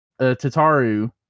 Tataru